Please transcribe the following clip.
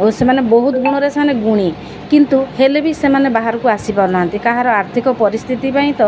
ଓ ସେମାନେ ବହୁତ ଗୁଣରେ ସେମାନେ ଗୁଣୀ କିନ୍ତୁ ହେଲେ ବି ସେମାନେ ବାହାରକୁ ଆସି ପାରୁନାହାନ୍ତି କାହାର ଆର୍ଥିକ ପରିସ୍ଥିତି ପାଇଁ ତ